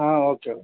ಹಾಂ ಓಕೆ ಓ